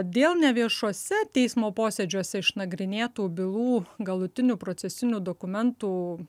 dėl neviešuose teismo posėdžiuose išnagrinėtų bylų galutinių procesinių dokumentų